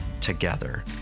together